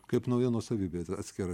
kaip nauja nuosavybė at atskira